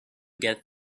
get